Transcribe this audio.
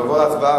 נעבור להצבעה.